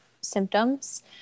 symptoms